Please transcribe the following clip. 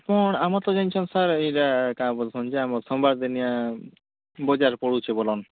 କ'ଣ ଆମର୍ ତ ଜାଣିଛ ସାର୍ ଏଇଟା କାଣା ବୋଲୁଛନ୍ ଯେ ସୋମବାର ଦିନ ବଜାର ପଡ଼ୁଛେ ବୁଲନ